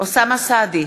אוסאמה סעדי,